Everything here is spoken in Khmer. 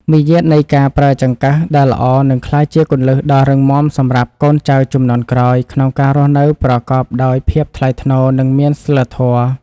មារយាទនៃការប្រើចង្កឹះដែលល្អនឹងក្លាយជាគ្រឹះដ៏រឹងមាំសម្រាប់កូនចៅជំនាន់ក្រោយក្នុងការរស់នៅប្រកបដោយភាពថ្លៃថ្នូរនិងមានសីលធម៌។